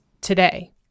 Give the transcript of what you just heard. today